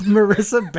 Marissa